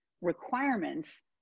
requirements